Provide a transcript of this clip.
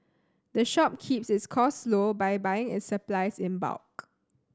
the shop keeps its costs low by buying its supplies in bulk